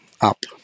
up